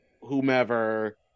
whomever